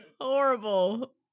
Horrible